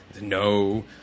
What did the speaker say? no